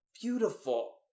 Beautiful